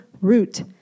root